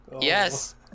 Yes